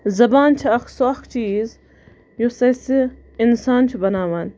زَبان چھِ اکھ سۄ اکھ چیٖز یُس اَسہِ اِنسان چھُ بَناوان